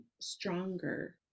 stronger